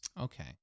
okay